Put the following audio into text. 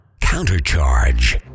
CounterCharge